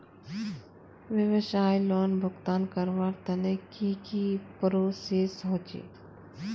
व्यवसाय लोन भुगतान करवार तने की की प्रोसेस होचे?